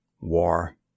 War